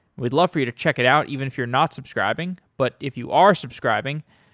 we'd love for you to check it out even if you're not subscribing, but if you are subscribing,